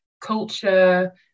culture